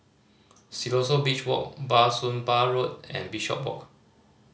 Siloso Beach Walk Bah Soon Pah Road and Bishopswalk